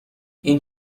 این